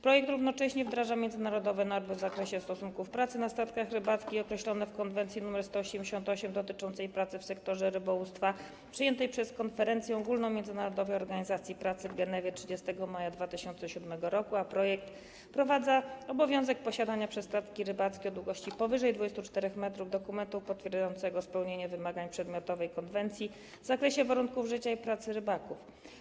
Projekt równocześnie wdraża międzynarodowe normy w zakresie stosunków pracy na statkach rybackich określone w Konwencji nr 188 dotyczącej pracy w sektorze rybołówstwa, przyjętej przez Konferencję Ogólną Międzynarodowej Organizacji Pracy w Genewie 30 maja 2007 r., wprowadza bowiem obowiązek posiadania przez statki rybackie o długości powyżej 24 m dokumentu potwierdzającego spełnienie wymagań przedmiotowej konwencji w zakresie warunków życia i pracy rybaków.